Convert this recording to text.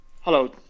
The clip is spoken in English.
Hello